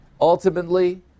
Ultimately